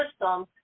system